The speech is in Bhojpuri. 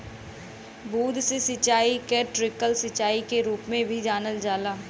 बूंद से सिंचाई के ट्रिकल सिंचाई के रूप में भी जानल जाला